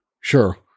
Sure